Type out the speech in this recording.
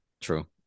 True